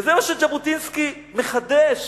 וזה מה שז'בוטינסקי מחדש.